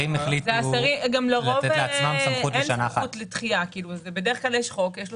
בדרך כלל אין סמכות לדחייה, יש חוק ויש לו